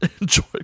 enjoy